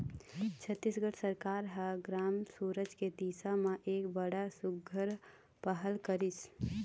छत्तीसगढ़ सरकार ह ग्राम सुराज के दिसा म एक बड़ सुग्घर पहल करिस